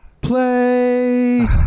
play